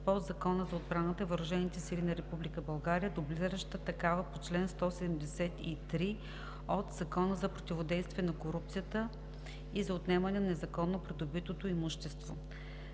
сили на Република България, дублираща такава по чл. 173 от Закона за противодействие на корупцията и за отнемане на незаконно придобитото имущество.